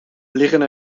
liggen